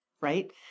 right